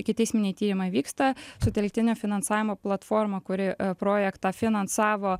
ikiteisminiai tyrimai vyksta sutelktinio finansavimo platforma kuri projektą finansavo